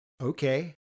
okay